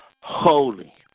holy